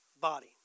body